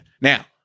Now